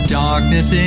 darkness